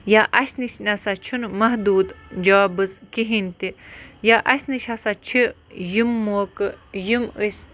یا اَسہِ نِش نہ سا چھُنہٕ محدوٗد جابٕز کِہیٖنۍ تہِ یا اَسہِ نِش ہَسا چھِ یِم موقعہٕ یِم أسۍ